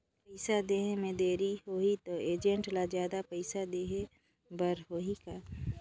पइसा देहे मे देरी होही तो एजेंट ला जादा पइसा देही बर होही का?